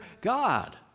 God